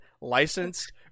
licensed